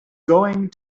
going